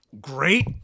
great